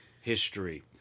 history